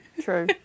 True